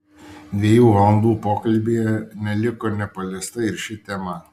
dviejų valandų pokalbyje neliko nepaliesta ir ši tema